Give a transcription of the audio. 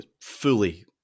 fully